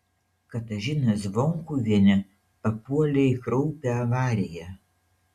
katažina zvonkuvienė papuolė į kraupią avariją